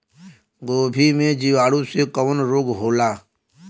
गोभी में जीवाणु से कवन रोग होला?